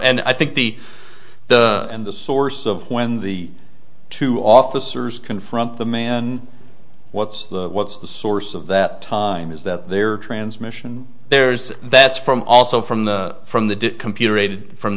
and i think the the and the source of when the two officers confront the man what's the what's the source of that time is that there transmission there's that's from also from the from the computer aided from